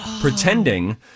pretending